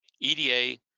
EDA